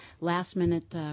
last-minute